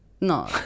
No